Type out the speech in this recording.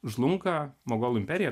žlunga mogolų imperija